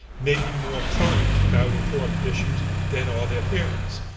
may be more current about important issues than are their parents.